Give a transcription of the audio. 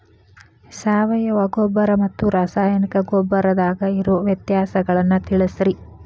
ಸಾವಯವ ಗೊಬ್ಬರ ಮತ್ತ ರಾಸಾಯನಿಕ ಗೊಬ್ಬರದಾಗ ಇರೋ ವ್ಯತ್ಯಾಸಗಳನ್ನ ತಿಳಸ್ರಿ